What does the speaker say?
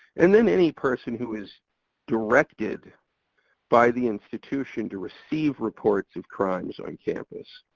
and then any person who is directed by the institution to receive reports of crimes on campus.